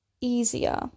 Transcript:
easier